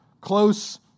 close